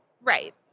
Right